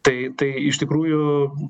tai tai iš tikrųjų